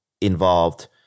involved